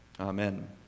Amen